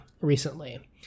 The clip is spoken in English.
recently